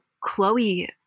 Chloe